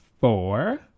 four